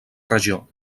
regió